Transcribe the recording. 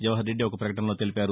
జవహర్రెడ్డి ఒక ప్రకటనలో తెలిపారు